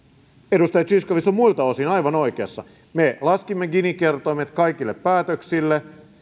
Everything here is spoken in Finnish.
edustaja zyskowicz on muilta osin aivan oikeassa me laskimme gini kertoimet kaikille päätöksille